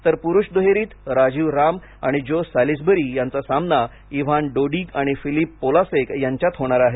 तर पुरुष दुहेरीत राजीव राम आणि जो सॅलिसबरी यांचा सामना इव्हान डोडिग आणि फिलिप पोलासेक यांच्यात होणार आहे